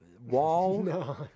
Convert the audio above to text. wall